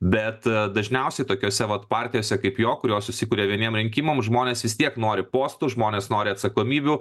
bet dažniausiai tokiose vat partijose kaip jo kurios susikuria vieniem rinkimam žmonės vis tiek nori postų žmonės nori atsakomybių